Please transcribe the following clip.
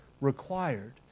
required